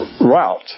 route